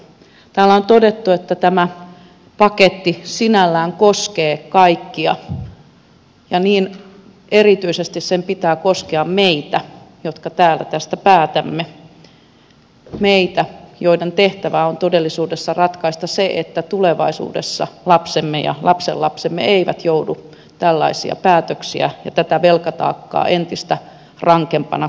täällä on todettu että tämä paketti sinällään koskee kaikkia ja erityisesti sen pitää koskea meitä jotka täällä tästä päätämme meitä joiden tehtävä on todellisuudessa ratkaista se että tulevaisuudessa lapsemme ja lapsenlapsemme eivät joudu tällaisia päätöksiä ja tätä velkataakkaa entistä rankempana kantamaan